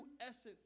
essence